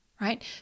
right